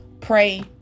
pray